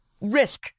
risk